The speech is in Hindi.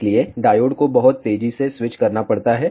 इसलिए डायोड को बहुत तेजी से स्विच करना पड़ता है